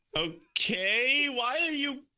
okay? why are you.